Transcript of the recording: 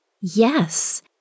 Yes